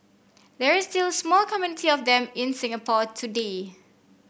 there is still small community of them in Singapore today